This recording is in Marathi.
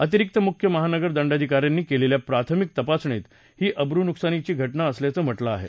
अतिरिक्त मुख्य महानगरदंडाधिका यांनी केलेल्या प्राथमिक तपासणीत ही अब्रुनुकसानीची घटना असल्याचं म्हटलं आहे